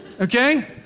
okay